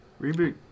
Reboot